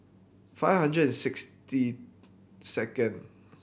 five hundred and sixty second